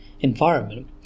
environment